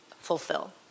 fulfill